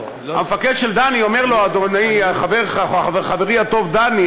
המפקד של דני אומר לו: חברי הטוב דני,